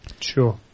Sure